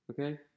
okay